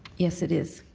yes, it is.